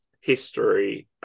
history